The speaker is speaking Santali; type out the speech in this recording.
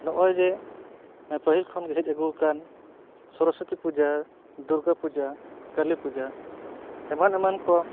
ᱱᱚᱜ ᱚᱭ ᱡᱮ ᱯᱟᱦᱤᱞ ᱠᱷᱚᱱ ᱜᱮ ᱦᱮᱡ ᱟᱹᱜᱩᱣᱟᱠᱟᱱ ᱥᱚᱨᱚᱥᱚᱛᱤ ᱯᱩᱡᱟᱹ ᱫᱩᱨᱜᱟᱹ ᱯᱩᱡᱟᱹ ᱠᱟᱞᱤ ᱯᱩᱡᱟᱹ ᱮᱢᱟᱱ ᱮᱢᱟᱱ ᱠᱚ